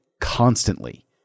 constantly